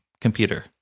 computer